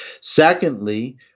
Secondly